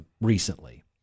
recently